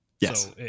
yes